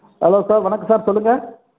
hello sir வணக்கம் sir சொல்லுங்கள்